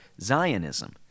Zionism